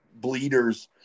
bleeders